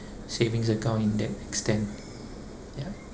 savings account in that extent yup